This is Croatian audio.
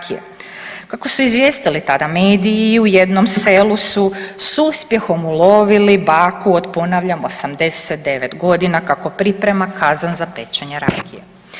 Kako su izvijestili tada mediji u jednom selu su s uspjehom ulovili baku od ponavljam 89 godina kako priprema kazan za pečenje rakije.